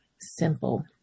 simple